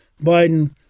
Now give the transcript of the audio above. Biden